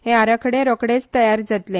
हे आराखडे रोखडेच तयार जातले